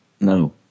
No